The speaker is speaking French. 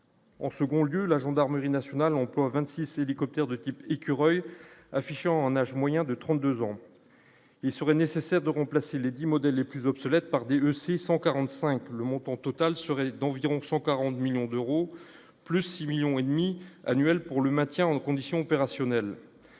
en second lieu, la gendarmerie nationale emploie 26 hélicoptères de type Écureuil affichant un âge moyen de 32 ans, il serait nécessaire de remplacer les 10 modèles les plus obsolète par DEC 145, le montant total serait d'environ 140 millions d'euros, plus 6 millions et demi annuel pour le maintien en condition opérationnelle,